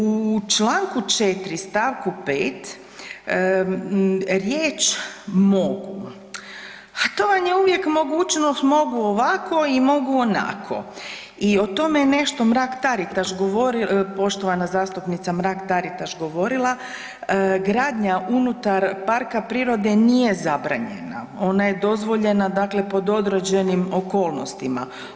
U čl. 4. st. 5. riječ „mogu“, ha to vam je uvijek mogućnost mogu ovako i mogu onako i o tome je nešto Mrak-Taritaš govori, poštovana zastupnica Mrak-Taritaš govorila, gradnja unutar parka prirode nije zabranjena, ona je dozvoljena dakle pod određenim okolnostima.